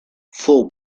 fou